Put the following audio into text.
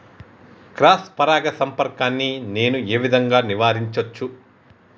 Cross పరాగ సంపర్కాన్ని నేను ఏ విధంగా నివారించచ్చు?